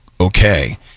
okay